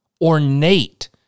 ornate